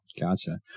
gotcha